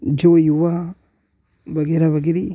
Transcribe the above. जो युवा वगैरह वगेरी